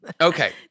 Okay